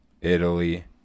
Italy